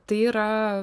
tai yra